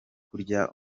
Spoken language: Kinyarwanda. kurya